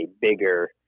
bigger